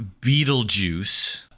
Beetlejuice